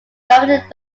governed